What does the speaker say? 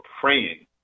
praying